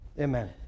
Amen